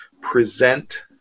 present